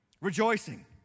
rejoicing